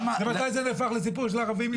ממתי זה נהפך לסיפור של ערבים ויהודים?